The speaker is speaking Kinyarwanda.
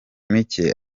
mike